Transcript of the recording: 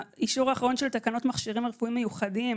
האישור האחרון של תקנות מכשירים רפואיים מיוחדים,